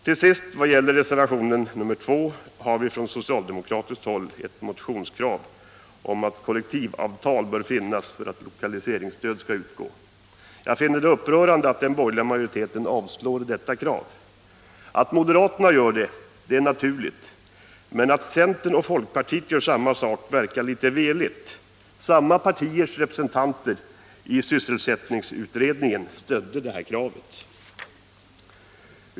Till sist tar vi i reservation 2 också upp ett motionskrav från socialdemokratiskt håll om att kollektivavtal bör finnas för att lokaliseringsstöd skall utgå. Jag finner det upprörande att den borgerliga majoriteten avstyrker detta krav. Att moderaterna gör det är naturligt, men att centern och folkpartiet gör samma sak verkar litet veligt. Samma partiers representanter i sysselsättningsutredningen stödde det här kravet.